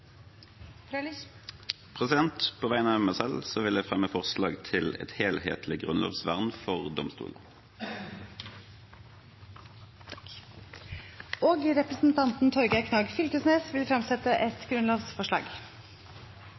et grunnlovsforslag. På vegne av meg selv vil jeg fremme forslag om endring i §§ 86–88 og 90–91, om domstolkommisjonens forslag til et helhetlig grunnlovsvern for domstolene. Representanten Torgeir Knag Fylkesnes vil fremsette et grunnlovsforslag.